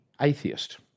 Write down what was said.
atheist